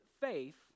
faith